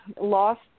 lost